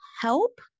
help